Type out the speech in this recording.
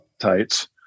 tights